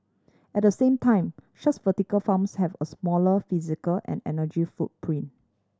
at the same time such vertical farms have a smaller physical and energy footprint